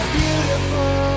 beautiful